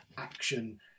action